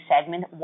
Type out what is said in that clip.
segment